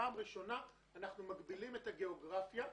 פעם ראשונה אנחנו מגבילים את הגיאוגרפיה.